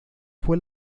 fue